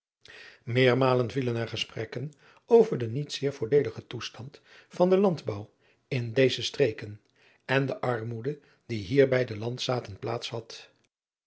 eermalen vielen er gesprekken over den niet zeer voordeeligen toestand van den andbouw in deze streken en de armoede die hier bij de landzaten plaats had